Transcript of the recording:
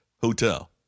hotel